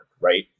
right